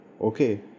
okay